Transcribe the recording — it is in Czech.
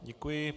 Děkuji.